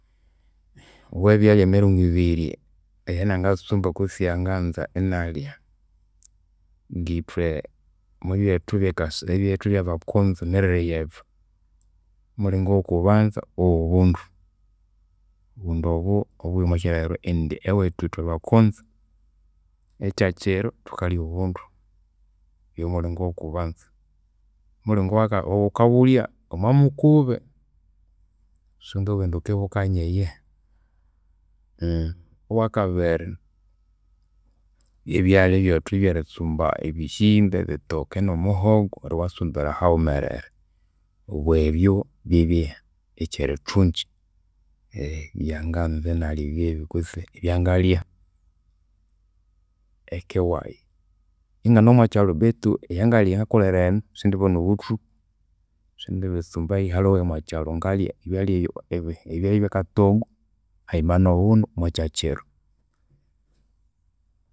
Obo ebyalya emiringo eyanangatsumba kutse eyanganza inalya. Ngithwe omwabyethu ebyekase ebyethu ebyabakonzo emirire yethu, omulingo oghokubanza ghoghobundu. Obundu obo buli omwakyilhaghiro indi ewethu ithwe bakonzo ekyakyiro thukalya obundu. Oyo ghomulingo oghokubanza, omulingo wakabi ghukabulya omwamukubi. Siwangabugha indi ghukibukanya eyihi. Owakabiri byebyalya byethu ebyeritsumba, ebitoke nomuhogo neryo iwabitsumbira haghumerere. Obo ebyu byebye ekyerithunji, ebyanganza inalya byebyu kutse ebyangalya eka wayi, ingane omwakyalu betu eyangali eyangkolera enu sindibana obuthuku, sindibitsumba eyihi aliwe omwakyalu ngalya ebyalya ebyakatogo hayima nobundu mwakyakyiro.